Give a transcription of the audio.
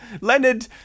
leonard